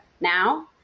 now